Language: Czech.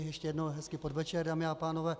Ještě jednou hezký podvečer, dámy a pánové.